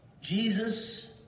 Jesus